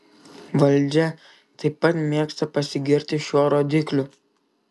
valdžia taip pat mėgsta pasigirti šiuo rodikliu